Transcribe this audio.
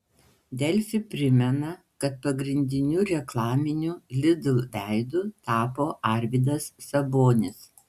delfi primena kad pagrindiniu reklaminiu lidl veidu tapo arvydas sabonis